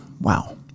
Wow